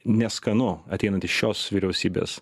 neskanu ateinant iš šios vyriausybės